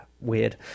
weird